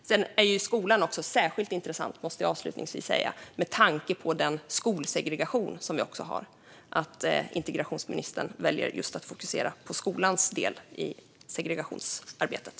Avslutningsvis måste jag säga att skolan är särskilt intressant med tanke på den skolsegregation vi har och att integrationsministern väljer att fokusera på skolans del i integrationsarbetet.